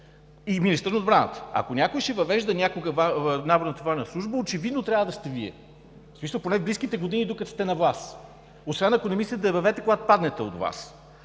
и министър на отбраната. Ако някой ще въвежда някога наборната военна служба, очевидно трябва да сте Вие. В смисъл, поне близките години, докато сте на власт, освен ако не мислите да я въведете, когато паднете от власт,